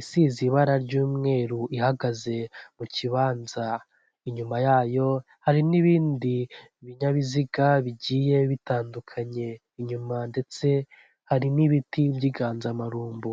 isize ibara ry'umweru ihagaze mu kibanza, inyuma yayo hari n'ibindi binyabiziga bigiye bitandukanye, inyuma ndetse hari n'ibiti by'inganzamarumbu.